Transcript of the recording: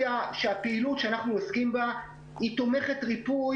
הפעילות שאנחנו עוסקים בה בילדים בפסיכיאטריה היא תומכת ריפוי.